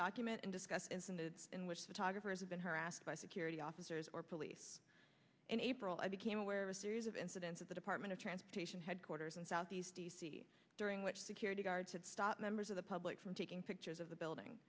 document and discuss incentives in which the tigers have been harassed by security officers or police in april i became aware of a series of incidents at the department of transportation headquarters in southeast d c during which security guards had stopped members of the public from taking pictures of the building